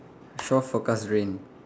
shore forecast rain